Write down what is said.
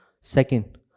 Second